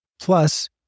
Plus